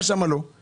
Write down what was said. למה רב שמכהן